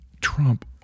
Trump